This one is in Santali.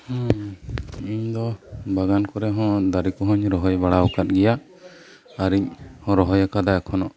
ᱤᱧ ᱫᱚ ᱵᱟᱜᱟᱱ ᱠᱚᱨᱮ ᱦᱚᱸ ᱫᱟᱨᱮ ᱠᱚᱦᱚᱧ ᱨᱚᱦᱚᱭ ᱵᱟᱲᱟ ᱟᱠᱟᱫ ᱜᱮᱭᱟ ᱟᱨᱤᱧ ᱨᱚᱦᱚᱭ ᱟᱠᱟᱫᱟ ᱮᱠᱷᱚᱱᱳ